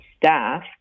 staff